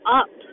up